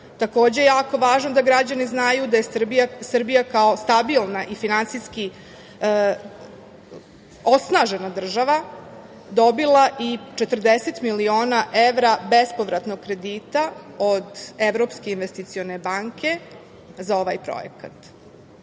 jako je važno da građani znaju da je Srbija kao stabilna i finansijski osnažena država dobila i 40 miliona evra bespovratnog kredita od Evropske investicione banke za ovaj projekat. Ovo